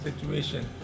situation